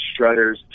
strutters